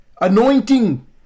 Anointing